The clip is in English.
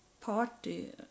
party